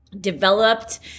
developed